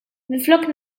minflok